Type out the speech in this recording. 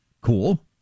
Cool